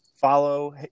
follow